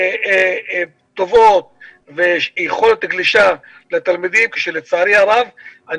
טובות ויכולת גלישה לתלמידים שלצערי הרב אני